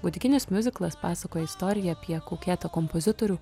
gotikinis miuziklas pasakoja istoriją apie kaukėtą kompozitorių